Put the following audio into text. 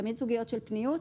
תמיד סוגיות של פניות,